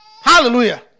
Hallelujah